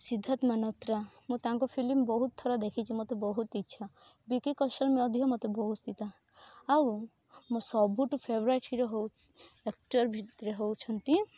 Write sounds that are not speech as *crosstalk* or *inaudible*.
ସିଦ୍ଧାର୍ଥ ମାଲହୋତ୍ରା ମୁଁ ତାଙ୍କ ଫିଲ୍ମ ବହୁତ ଥର ଦେଖିଛି ମତେ ବହୁତ ଇଚ୍ଛା ଭିକି କୌଶଲ ମଧ୍ୟ ମତେ *unintelligible* ଆଉ ମୋ ସବୁଠୁ ଫେବରାଇଟ ହିରୋ ହଉ ଆକ୍ଟର ଭିତରେ ହଉଛନ୍ତି